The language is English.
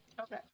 Okay